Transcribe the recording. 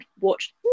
watched